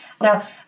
Now